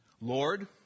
Lord